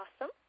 Awesome